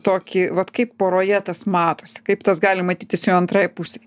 tokį vat kaip poroje tas matosi kaip tas gali matytis jo antrai pusei